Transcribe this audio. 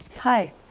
Hi